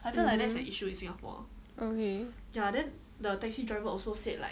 mmhmm okay